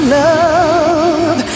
love